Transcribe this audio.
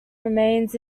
remains